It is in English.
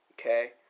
Okay